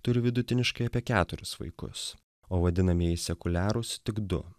turi vidutiniškai apie keturis vaikus o vadinamieji sekuliarūs tik du